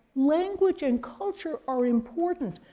language and culture are important,